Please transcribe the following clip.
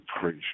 praise